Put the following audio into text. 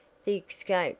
the escape,